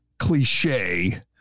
cliche